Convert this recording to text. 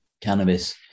cannabis